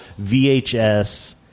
VHS